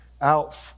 out